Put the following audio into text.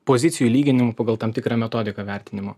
pozicijų lyginimu pagal tam tikrą metodiką vertinimo